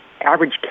average